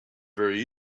very